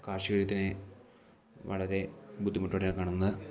കാർഷിക ജീവിതത്തിനെ വളരെ ബുദ്ധിമുട്ടോടെയാണ് കാണുന്നത്